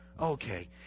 Okay